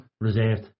reserved